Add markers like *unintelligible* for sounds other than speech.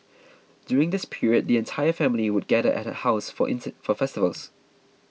during this period the entire family would gather at her house for *unintelligible* for festivals